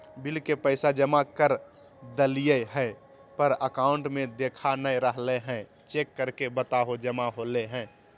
Bill के पैसा जमा कर देलियाय है पर अकाउंट में देखा नय रहले है, चेक करके बताहो जमा होले है?